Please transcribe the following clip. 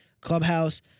clubhouse